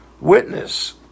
witness